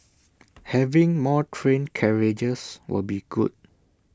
having more train carriages will be good